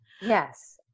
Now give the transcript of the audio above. yes